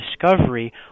discovery